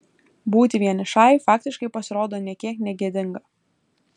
būti vienišai faktiškai pasirodo nė kiek negėdinga